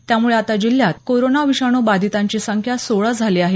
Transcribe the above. त्यामुळे आता जिल्ह्यात कोरोना विषाणू बाधितांची संख्या सोळा झाली आहे